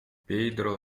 pedro